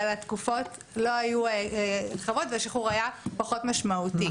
אבל התקופות לא היו --- והשחרור היה פחות משמעותי.